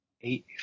Eight